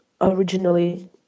originally